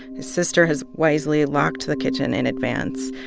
his sister has wisely locked the kitchen in advance.